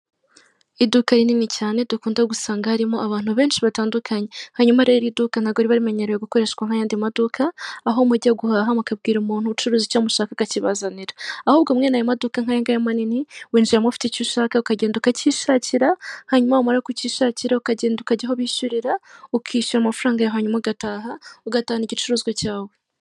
Iduka rinini cyane dukunda gusanga harimo abantu benshi batandukanye hanyuma rero, iri duka ntago riba rimenyerewe gukoreshwa nk'ayandi maduka aho mujya guhaha mukabwira umuntu ucuruza icyo amushaka akakibazanira, ahubwo mwene ayo maduka ya manini winjiramo, ufite icyo ushaka ukagenda ukacyishakira hanyuma umara kugishakira ukagenda ukajya aho bishyurira ukishyura amafaranga ya hanyuma ugataha, ugatahana igicuruzwa cyawe.